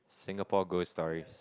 Singapore ghost stories